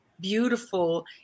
beautiful